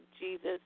Jesus